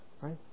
Right